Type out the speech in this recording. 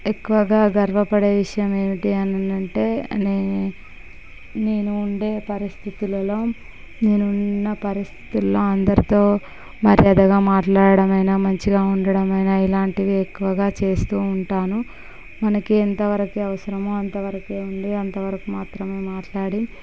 ఎక్కువగా గర్వపడే విషయం ఏమిటి అనంటే నేనుండే పరిస్థితులలో అందరితో మర్యాదగా మాట్లాడమైనా మంచిగా ఉండటమైనా ఇలాంటివి ఎక్కువగా చేస్తూ ఉంటాను మనకి ఎంతవరకు అవసరమో అంతవరకే ఉండి అంతవరకు మాత్రమే మాట్లాడి